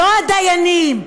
לא הדיינים,